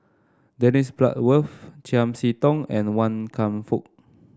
Dennis Bloodworth Chiam See Tong and Wan Kam Fook